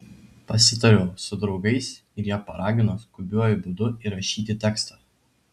pasitariau su draugais ir jie paragino skubiuoju būdu įrašyti tekstą